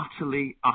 utterly